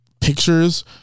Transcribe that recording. pictures